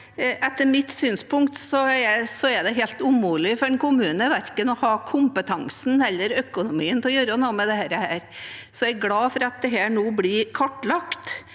Etter mitt syn er det helt umulig for en kommune å ha verken kompetansen eller økonomien til å gjøre noe med dette, så jeg er glad for at det nå blir kartlagt.